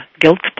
guilt